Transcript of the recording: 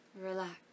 Relax